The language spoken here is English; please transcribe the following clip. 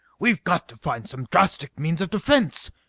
we've got to find some drastic means of defence,